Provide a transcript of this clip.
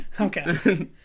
Okay